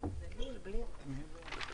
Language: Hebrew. --- אני בכל זאת חוזר בי.